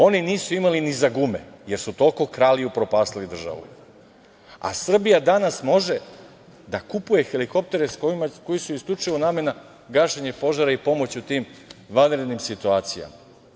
Oni nisu imali ni za gume, jer su toliko krali i upropastili državu, a Srbija danas može da kupuje helikoptere koji su isključivo namenjeni za gašenje požara i pomoć u tim vanrednim situacijama.